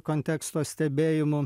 konteksto stebėjimu